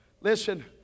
listen